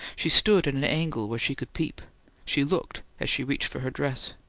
she stood at an angle where she could peep she looked as she reached for her dress.